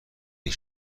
این